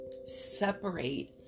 separate